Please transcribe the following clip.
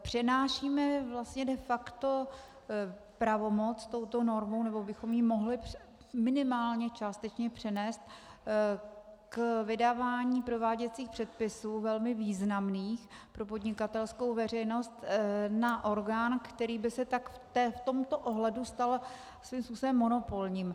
Přenášíme vlastně de facto pravomoc touto normou, nebo bychom ji mohli minimálně částečně přenést k vydávání prováděcích předpisů velmi významných pro podnikatelskou veřejnost na orgán, který by se tak v tomto ohledu stal svým způsobem monopolním.